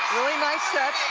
really nice set,